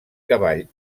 cavall